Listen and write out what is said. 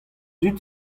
dud